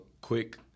quick